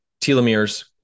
telomeres